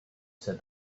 said